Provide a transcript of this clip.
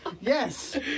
yes